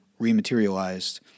rematerialized –